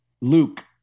Luke